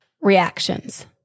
reactions